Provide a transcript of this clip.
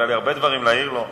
אבל היו לי הרבה דברים להעיר לו.